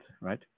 right